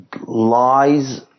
lies